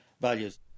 values